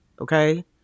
Okay